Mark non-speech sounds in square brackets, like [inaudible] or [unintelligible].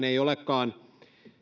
[unintelligible] ei olekaan